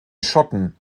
schotten